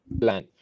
plan